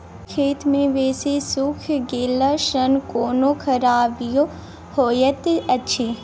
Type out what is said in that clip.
खेत मे बेसी सुइख गेला सॅ कोनो खराबीयो होयत अछि?